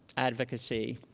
advocacy.